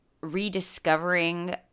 rediscovering